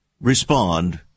respond